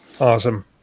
Awesome